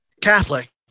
Catholic